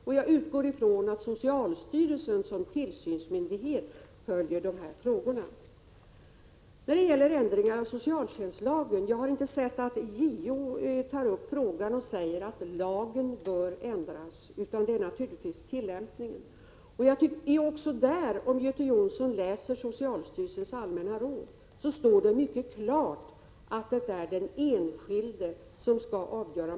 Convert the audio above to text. Jag utgår vidare ifrån att socialstyrelsen såsom tillsynsmyndighet följer dessa frågor. När det sedan gäller ändringar av socialtjänstlagen har jag inte sett att JO skulle ha tagit upp frågan och sagt att lagen bör ändras — utan det gäller naturligtvis tillämpningen. Om Göte Jonsson läser socialstyrelsens allmänna råd skall han finna att det mycket klart står att det är den enskilde som skall avgöra.